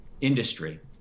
industry